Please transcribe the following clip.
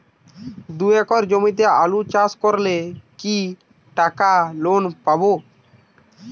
দুই একর জমিতে আলু চাষ করলে কি টাকা লোন পাবো?